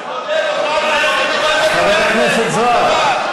חבר הכנסת זוהר,